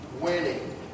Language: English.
winning